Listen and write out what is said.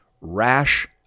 Rash